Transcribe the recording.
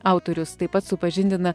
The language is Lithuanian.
autorius taip pat supažindina